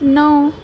نو